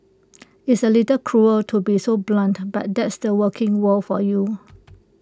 it's A little cruel to be so blunt but that's the working world for you